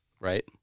Right